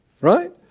right